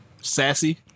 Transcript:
sassy